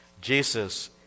Jesus